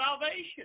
salvation